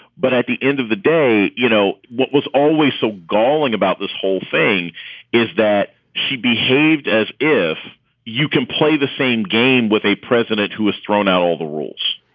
but at the end of the day, you know, what was always so galling about this whole thing is that she behaved as if you can play the same game with a president who was thrown out all the rules.